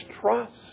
trust